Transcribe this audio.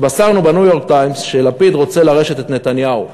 התבשרנו ב"ניו-יורק טיימס" שלפיד רוצה לרשת את נתניהו.